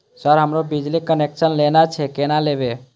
Sir हमरो बिजली connection लेना छे केना लेबे?